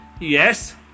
yes